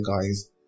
guys